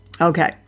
Okay